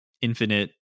infinite